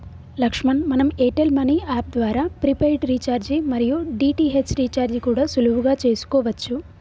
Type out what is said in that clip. లక్ష్మణ్ మనం Airtel money app ద్వారా prepaid recharge మరియు డి.టి.హెచ్ రీఛార్జి కూడా సులువుగా చేసుకోవచ్చు